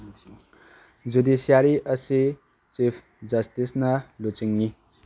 judiciary ꯑꯁꯤ chief ꯖꯁꯇꯤꯁꯅ ꯂꯨꯆꯤꯡꯏ